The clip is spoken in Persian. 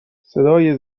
صدای